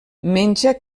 menja